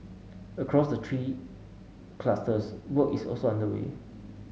across the three clusters work is also underway